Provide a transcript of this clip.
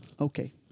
Okay